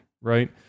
right